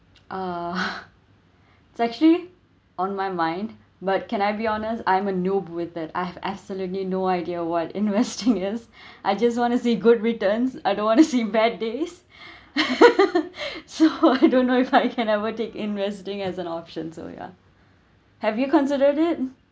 uh it's actually on my mind but can I be honest I'm a no~ with that I have absolutely no idea what investing is I just want to see good returns I don't want to see bad days so I don't know if I can ever take investing as an option so ya have you considered it